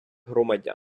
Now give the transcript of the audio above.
громадян